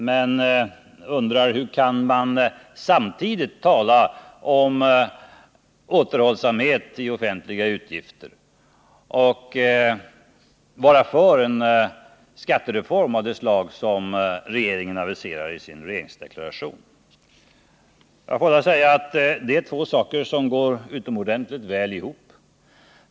Han undrade dock hur man kan tala om återhållsamhet i offentliga utgifter och samtidigt vara för en skattereform av det slag som regeringen aviserar i sin regeringsdeklaration. Jag vill säga att detta är två saker som går utomordentligt väl ihop.